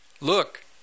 Look